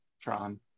Tron